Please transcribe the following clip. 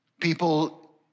people